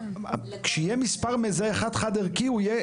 כשיהיה מספר מזהה חד-חד-ערכי הוא יהיה